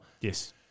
Yes